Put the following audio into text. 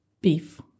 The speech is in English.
beef